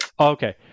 Okay